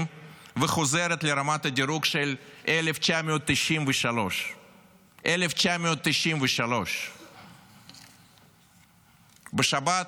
וחוזרת לרמת הדירוג של 1993. 1993. בשבת